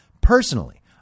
Personally